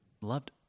loved